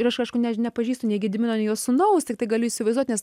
ir aš aišku ne nepažįstu nei gedimino nei jo sūnaus tiktai galiu įsivaizduot nes